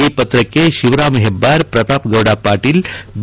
ಈ ಪತ್ರಕ್ಕೆ ಶಿವರಾಂ ಹೆಬ್ಬಾರ್ ಪ್ರತಾಪ್ ಗೌಡ ಪಾಟೀಲ್ ಬಿ